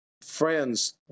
friends